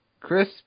Chris